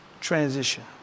transition